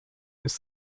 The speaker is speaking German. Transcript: ist